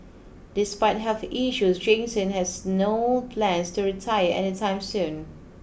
despite health issues Jansen has no plans to retire any time soon